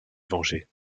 venger